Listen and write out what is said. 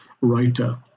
writer